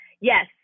Yes